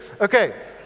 Okay